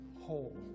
whole